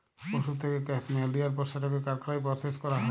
পশুর থ্যাইকে ক্যাসমেয়ার লিয়ার পর সেটকে কারখালায় পরসেস ক্যরা হ্যয়